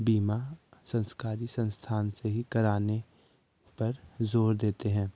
बीमा सरकारी संस्थान से कराने पर जोर देते हैं